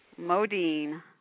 Modine